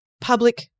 public